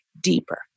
deeper